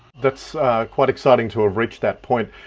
that's quite exciting to have reached that point.